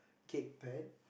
cake pan